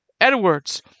Edwards